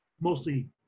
mostly